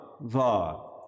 va